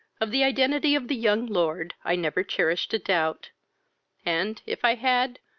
of the identity of the young lord i never cherished a doubt and, if i had,